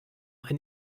ein